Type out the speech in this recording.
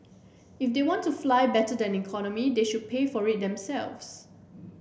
if they want to fly better than economy they should pay for it themselves